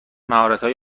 مهارتهای